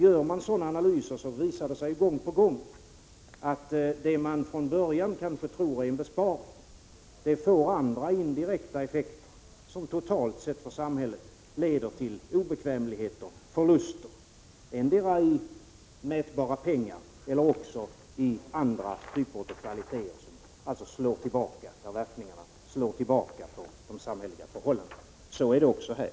Gör man sådana analyser visar det sig gång på gång att det man från början tror är en besparing får andra, indirekta effekter, som för samhället totalt sett leder till obekvämligheter, förluster, endera i mätbara pengar eller i andra typer av kvaliteter, där verkningarna alltså slår tillbaka på de samhälleliga förhållandena. Så är det också här.